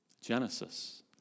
Genesis